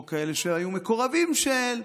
או כאלה שהיו מקורבים של,